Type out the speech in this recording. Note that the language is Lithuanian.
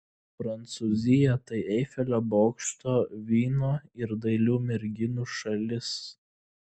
prancūzija tai eifelio bokšto vyno ir dailių merginų šalis